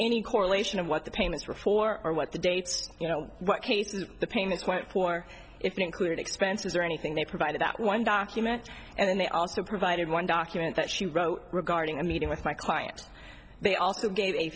any correlation of what the payments were for or what the dates you know what case is the pain is quite poor if you include expenses or anything they provided that one document and they also provided one document that she wrote regarding a meeting with my client they also g